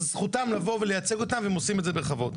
אז זכותם לבוא ולייצג אותם והם עושים את זה בכבוד.